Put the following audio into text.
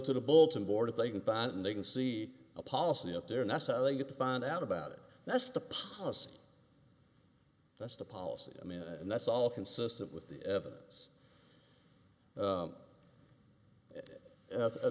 to the bulletin board they can buy it and they can see a policy up there and that's how they get to find out about it that's the us that's the policy i mean and that's all consistent with the evidence